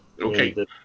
Okay